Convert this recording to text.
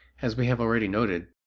as we have already noted,